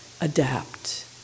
adapt